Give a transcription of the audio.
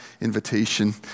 invitation